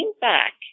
back